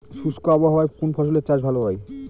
শুষ্ক আবহাওয়ায় কোন ফসলের চাষ ভালো হয়?